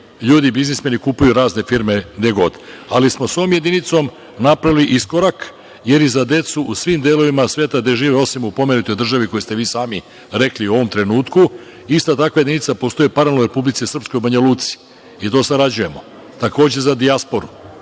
ljudi, biznismeni, kupuju razne firme gdegod, ali smo sa ovom jedinicom napravili iskorak jer i za decu u svim delovima sveta gde žive, osim u pomenutoj državi koju ste vi sami rekli u ovom trenutku, ista takva jedinica postoji paralelno u Republici Srpskoj, u Banjaluci, i tu sarađujemo, takođe za dijasporu